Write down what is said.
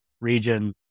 region